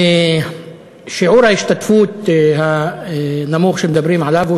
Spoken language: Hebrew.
שיעור ההשתתפות הנמוך שמדברים עליו הוא